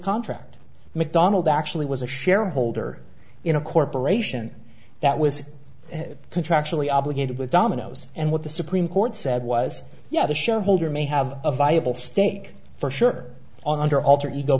contract mcdonald actually was a shareholder in a corporation that was contractually obligated with dominoes and what the supreme court said was yeah the show holder may have a viable stake for sure on her alter ego